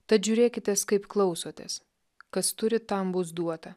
tad žiūrėkites kaip klausotės kas turi tam bus duota